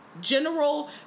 general